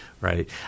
Right